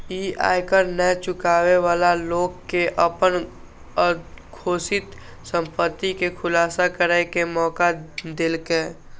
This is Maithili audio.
ई आयकर नै चुकाबै बला लोक कें अपन अघोषित संपत्ति के खुलासा करै के मौका देलकै